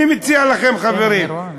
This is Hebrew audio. אני מציע לכם, חברים,